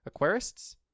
Aquarists